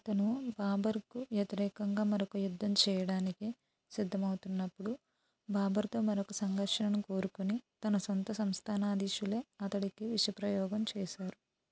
అతను బాబర్కు వ్యతిరేకంగా మరొక యుద్ధం చేయడానికి సిద్ధమవుతున్నప్పుడు బాబర్తో మరొక సంఘర్షణను కోరుకోని తన సొంత సంస్థానాధీశులే అతడికి విషప్రయోగం చేశారు